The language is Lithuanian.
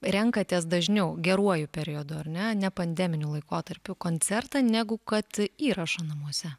renkatės dažniau geruoju periodu ar ne ne pandeminiu laikotarpiu koncertą negu kad įrašą namuose